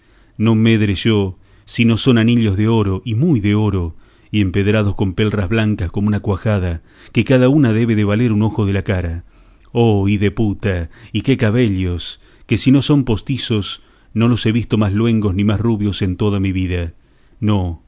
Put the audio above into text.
no medre yo si no son anillos de oro y muy de oro y empedrados con pelras blancas como una cuajada que cada una debe de valer un ojo de la cara oh hideputa y qué cabellos que si no son postizos no los he visto mas luengos ni más rubios en toda mi vida no